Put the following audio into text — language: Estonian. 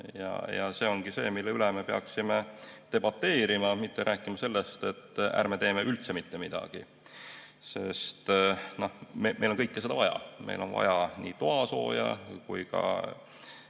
See ongi see, mille üle me peaksime debateerima, mitte rääkima sellest, et ärme teeme üldse mitte midagi. Meil on kõike seda vaja. Meil on vaja toasooja,